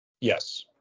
yes